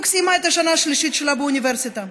סיימה את השנה השלישית שלה באוניברסיטה,